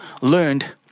learned